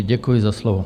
Děkuji za slovo.